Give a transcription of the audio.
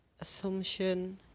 Assumption